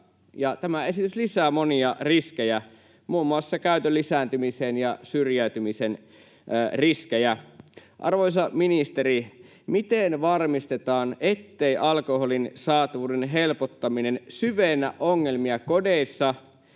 Tämä esitys lisää monia riskejä, muun muassa käytön lisääntymisen ja syrjäytymisen riskejä. Arvoisa ministeri, miten varmistetaan, ettei alkoholin saatavuuden helpottaminen syvennä ongelmia kodeissa,